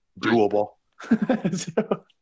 doable